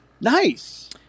Nice